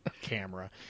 camera